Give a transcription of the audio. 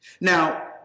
Now